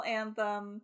anthem